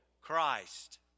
Christ